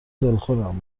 دلخورم